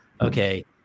Okay